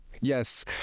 Yes